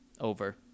Over